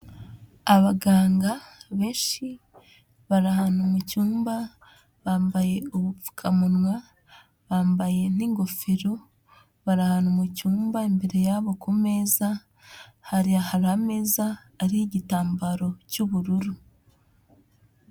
Abaganga benshi, bari ahantu mu cyumba, bambaye ubupfukamunwa, bambaye n'ingofero, bari ahantu mu cyumba, imbere yabo ku meza, hari ameza ariho igitambaro cy'ubururu.